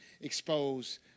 expose